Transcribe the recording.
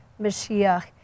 Mashiach